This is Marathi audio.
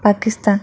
पाकिस्तान